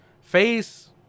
Face